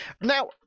Now